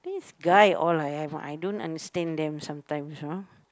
right or I I have I don't understand them sometimes you know